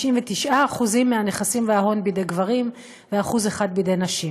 99% מהנכסים וההון בידי גברים ו-1% בידי נשים.